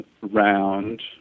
round